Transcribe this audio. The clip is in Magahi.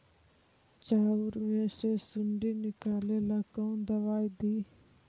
चाउर में से सुंडी निकले ला कौन दवाई दी?